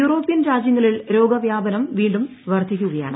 European രാജ്യങ്ങളിൽ രോഗവ്യാപനം വീണ്ടും വർദ്ധിക്കുകയാണ്